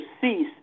cease